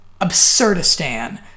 absurdistan